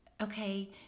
okay